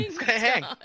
Hang